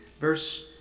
verse